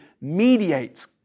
mediates